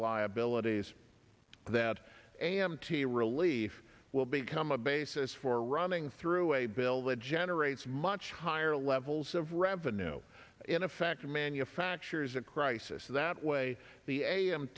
liabilities that a m t relief will become a basis for running through a bill that generates much higher levels of revenue in effect or manufactures a crisis that way the a m